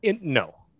No